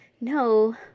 no